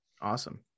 Awesome